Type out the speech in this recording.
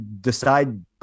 decide